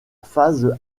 phase